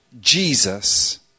Jesus